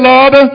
Lord